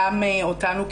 גם אותנו כאיגוד,